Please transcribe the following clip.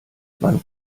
man